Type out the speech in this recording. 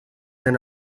and